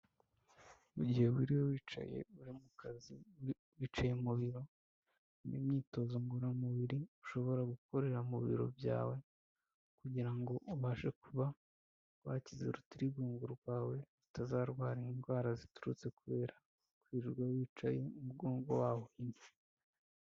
Mu mugihe wiriwe wicaye uri mu kazi wicaye mu biro hari imyitozo ngororamubiri ushobora gukorera mu biro byawe kugira ngo ubashe kuba wakize urutirigungo rwawe utazarwara indwara ziturutse kubera kwirirwa wicaye mugongo wawe uhinnye.